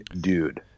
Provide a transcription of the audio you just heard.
dude